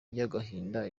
y’agahinda